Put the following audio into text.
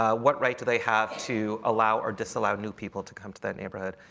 ah what right do they have to allow or disallow new people to come to that neighborhood?